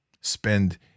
spend